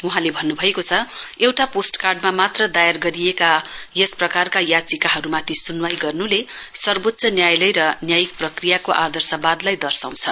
वहाँले भन्न्भएको छ एउटा पोस्टकार्डमा मात्र दायर गरिएका यस प्रकारका याचिकाहरूमाथि स्नवाई गर्न्ले सर्वोच्च न्यायालय र न्यायिक प्रक्रियाको आदर्शबादलाई दशाउँछ